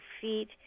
feet